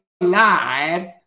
lives